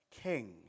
king